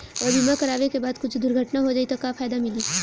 अगर बीमा करावे के बाद कुछ दुर्घटना हो जाई त का फायदा मिली?